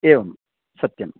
एवं सत्यम्